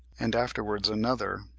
and afterwards another,